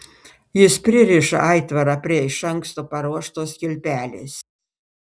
jis pririša aitvarą prie iš anksto paruoštos kilpelės